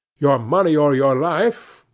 your money or your life,